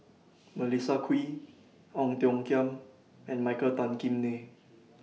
Melissa Kwee Ong Tiong Khiam and Michael Tan Kim Nei